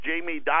jamie